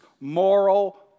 moral